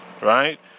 right